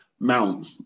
Mount